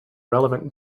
relevant